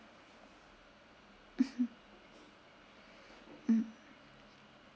mmhmm mm